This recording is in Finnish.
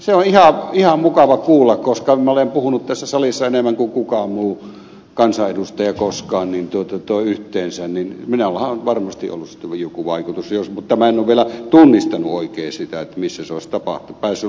se on ihan mukava kuulla koska minä olen puhunut tässä salissa enemmän kuin kukaan muu kansanedustaja koskaan niin minullahan on varmasti ollut sitten joku vaikutus mutta minä en ole vielä oikein tunnistanut sitä missä se olisi tapahtunut